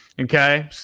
Okay